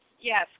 Yes